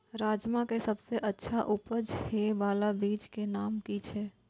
राजमा के सबसे अच्छा उपज हे वाला बीज के नाम की छे?